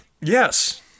Yes